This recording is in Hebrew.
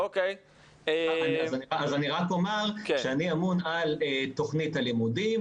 אז אני רק אומר שאני אמון על תכנית הלימודים,